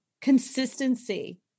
consistency